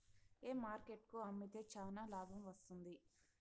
ఏ market కు అమ్మితే చానా లాభం వస్తుంది?